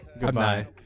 Goodbye